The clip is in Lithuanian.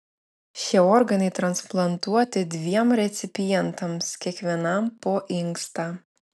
šie organai transplantuoti dviem recipientams kiekvienam po inkstą